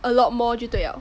a lot more 就对了